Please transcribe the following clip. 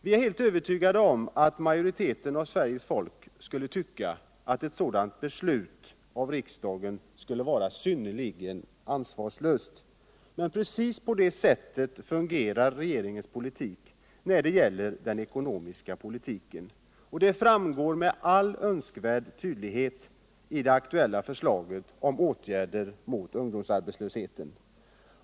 Jag är övertygad om att majoriteten av Sveriges folk skulle tycka att ett sådant beslut av riksdagen vore synnerligen ansvarslöst. Men precis på detta sätt handlar regeringen när det gäller den ekonomiska politiken. Det framgår med all önskvärd tydlighet av det aktuella förslaget om åtgärder mot ungdomsarbetslösheten.